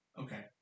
Okay